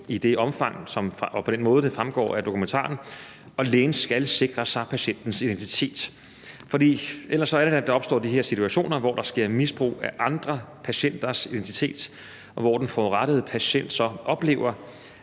i det omfang og på den måde, det fremgår af dokumentaren, og lægen skal sikre sig patientens identitet. For ellers er det, at der opstår de her situationer, hvor der sker misbrug af andre patienters identitet, og hvor den forurettede patient så oplever,